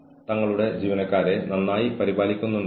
പക്ഷേ ഇത് ജോലിസ്ഥലത്ത് ചില പ്രശ്നങ്ങൾ ഉണ്ടാക്കും